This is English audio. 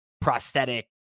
prosthetic